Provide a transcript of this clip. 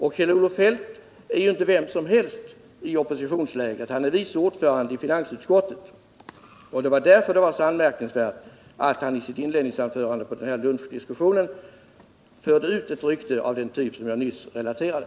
Och Kjell-Olof Feldt är ju inte vem som helst i oppositionslägret — han är vice ordförande i finansutskottet. Det var därför så anmärkningsvärt att han i sitt inledningsanförande vid lunchdiskussionen förde ut ett rykte av den typ som jag nyss relaterade.